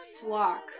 flock